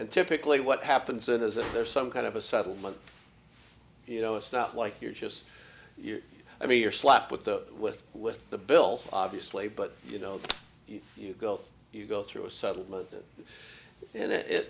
and typically what happens then is if there's some kind of a settlement you know it's not like you're just i mean you're slapped with the with with the bill obviously but you know you go you go through a subtle and it